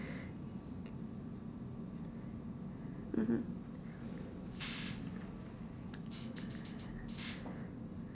mmhmm